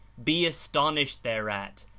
be astonished thereat,